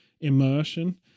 immersion